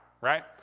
right